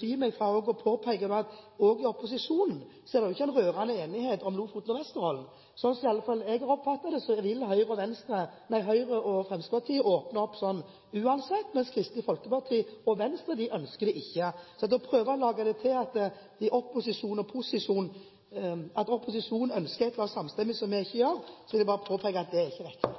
dy meg for å påpeke at det i opposisjonen heller ikke er en rørende enighet om Lofoten og Vesterålen. Slik jeg iallfall har oppfattet det, vil Høyre og Fremskrittspartiet åpne opp uansett, mens Kristelig Folkeparti og Venstre ikke ønsker det. Så når de prøver å lage det til at opposisjonen ønsker noe samstemmig, som de mener vi ikke gjør, vil jeg bare påpeke at det ikke er riktig.